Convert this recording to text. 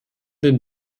den